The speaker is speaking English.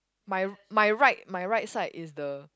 my my right my right side is the